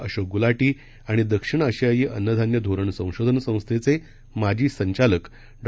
अशोक गुलाटी आणि दक्षिण आशियायी अन्नधान्य धोरण संशोधन संस्थेचे माजी संचालक डॉ